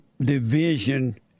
division